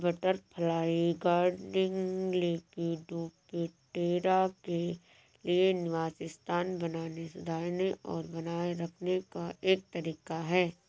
butterfly gardening, lepidoptera के लिए निवास स्थान बनाने, सुधारने और बनाए रखने का एक तरीका है